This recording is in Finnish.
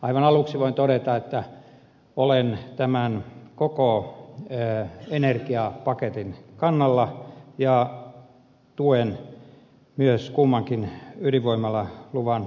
aivan aluksi voin todeta että olen tämän koko energiapaketin kannalla ja tuen myös kummankin ydinvoimalaluvan myöntämistä